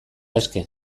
eske